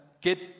get